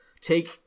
take